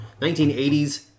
1980's